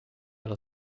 alla